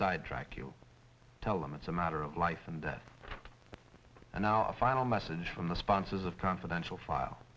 sidetrack you tell them it's a matter of life and death and final message from the sponsors of confidential file